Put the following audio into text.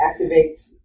activates